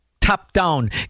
top-down